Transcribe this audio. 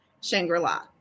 Shangri-La